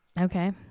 okay